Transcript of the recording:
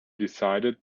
decided